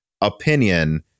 opinion